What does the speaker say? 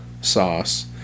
sauce